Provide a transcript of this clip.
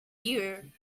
you